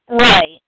Right